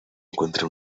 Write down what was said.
encuentra